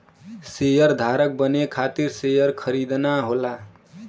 शेयरधारक बने खातिर शेयर खरीदना होला